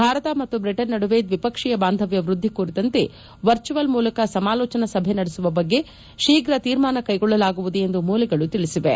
ಭಾರತ ಮತ್ತು ಬ್ರಿಟನ್ ನಡುವೆ ದ್ವಿಪಕ್ಷೀಯ ಬಾಂಧವ್ಯ ವ್ಯದ್ದಿ ಕುರಿತಂತೆ ವರ್ಚುವಲ್ ಮೂಲಕ ಸಮಾಲೋಜನಾ ಸಭೆ ನಡೆಸುವ ಬಗ್ಗೆ ಶೀಘ ತೀರ್ಮಾನ ಕೈಗೊಳ್ಳಲಾಗುವುದು ಎಂದು ಮೂಲಗಳು ತಿಳಿಸಿವೆ